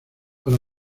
para